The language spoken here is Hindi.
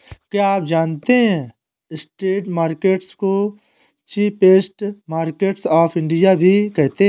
क्या आप जानते है स्ट्रीट मार्केट्स को चीपेस्ट मार्केट्स ऑफ इंडिया भी कहते है?